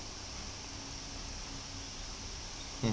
mm